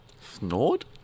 Snort